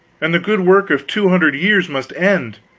and the good work of two hundred years must end.